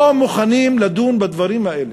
לא מוכנים לדון בדברים האלה.